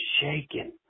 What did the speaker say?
shaking